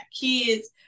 kids